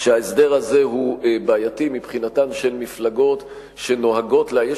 שההסדר הזה הוא בעייתי מבחינתן של מפלגות שנוהגות לאייש